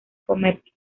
comercio